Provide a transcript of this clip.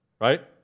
Right